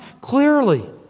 clearly